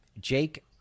Jake